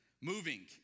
moving